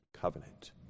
covenant